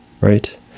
right